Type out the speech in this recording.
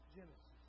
Genesis